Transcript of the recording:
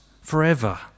forever